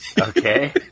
Okay